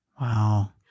Wow